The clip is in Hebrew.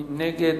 מי נגד?